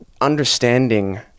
understanding